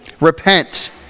repent